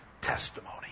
testimony